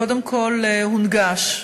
קודם כול, הונגש.